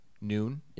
noon